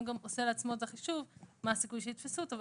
גם עושה לעצמו את החישוב מה הסיכוי שיתפסו אותו.